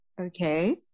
Okay